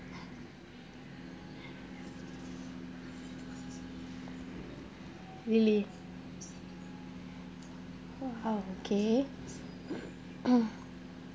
really ho~ how okay